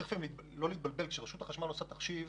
אבל צריך לא להתבלבל, כשרשות החשמל עושה תחשיב